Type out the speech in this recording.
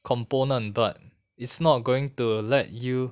component but it's not going to let you